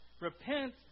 Repent